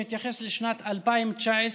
שמתייחס לשנת 2019,